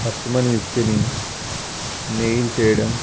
కష్టమైనా యుక్తిని నెయిల్ చెయ్యడం